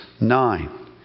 nine